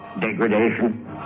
degradation